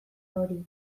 hori